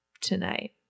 tonight